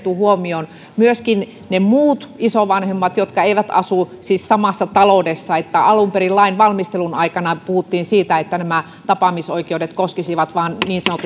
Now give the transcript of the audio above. huomioon myöskin ne muut isovanhemmat jotka siis eivät asu samassa taloudessa alun perin lain valmistelun aikana puhuttiin siitä että nämä tapaamisoikeudet koskisivat vain